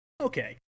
Okay